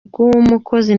bw’umukozi